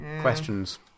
questions